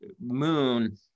moon